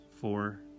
four